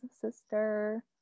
sister